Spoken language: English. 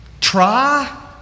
try